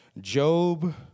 Job